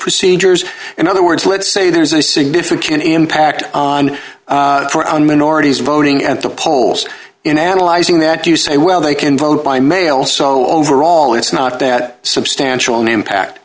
procedures and other words let's say there's a significant impact on on minorities voting at the polls in analyzing that you say well they can vote by mail so overall it's not that substantial an impact